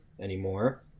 anymore